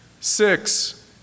six